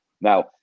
now